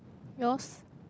yours